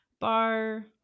bar